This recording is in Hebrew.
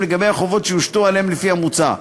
לגבי החובות שיושתו עליהם לפי המוצע,